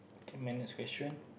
then my next question